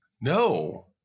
No